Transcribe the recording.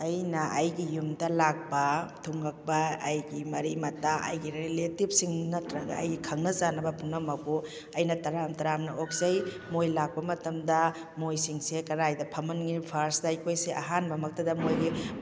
ꯑꯩꯅ ꯑꯩꯒꯤ ꯌꯨꯝꯗ ꯂꯥꯛꯄ ꯊꯨꯡꯉꯛꯄ ꯑꯩꯒꯤ ꯃꯔꯤ ꯃꯇꯥ ꯑꯩꯒꯤ ꯔꯤꯂꯦꯇꯤꯚꯁ ꯁꯤꯡ ꯅꯠꯇ꯭ꯔꯒ ꯑꯩꯒꯤ ꯈꯪꯅ ꯆꯥꯟꯅꯕ ꯄꯨꯝꯅꯃꯛꯄꯨ ꯑꯩꯅ ꯇꯔꯥꯝ ꯇꯔꯥꯝꯅ ꯑꯣꯛꯆꯩ ꯃꯣꯏ ꯂꯥꯛꯄ ꯃꯇꯝꯗ ꯃꯣꯏꯁꯤꯡꯁꯦ ꯀꯔꯥꯏꯗ ꯐꯝꯍꯟꯒꯅꯤ ꯐꯥꯔꯁꯇ ꯑꯩꯈꯣꯏꯁꯦ ꯑꯍꯥꯟꯕ ꯃꯛꯇꯗ ꯃꯣꯏꯒꯤ